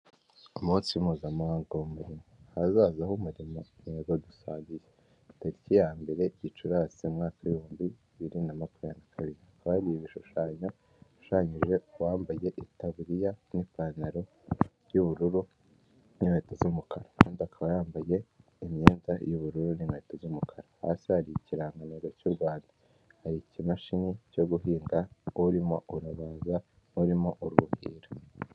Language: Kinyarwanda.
Umunsi mpuzamahanga w'umurimo, ahazaza h'umurimo intego dusangiye, ni tariki ya mbere Gicurasi umwaka w'ibihumbi bibiri na makumyabiri na kabiri, hakaba hari ibishushanyo bishushanyije uwambaye itaburiya n'ipantaro y'ubururu n'inkweto z'umukara, kandi akaba yambaye imyenda y'ubururu n'inkweto z'umukara, hasi hari ikirangantego cy'u Rwanda, hari ikimashini cyo guhinga urimo urabaza, urimo uruhira.